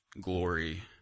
glory